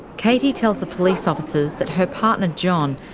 katy tells the police officers that her partner, john,